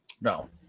No